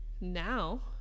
now